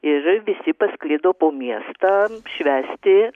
ir visi pasklido po miestą švęsti